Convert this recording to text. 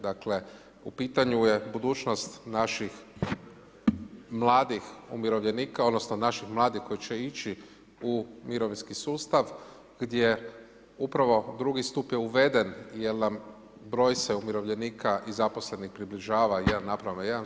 Dakle u pitanju je budućnost naših mladih umirovljenika odnosno naših mladih koji će ići u mirovinski sustav gdje upravo drugi stup je uveden jer nam broj se umirovljenika i zaposlenih približava 1:1.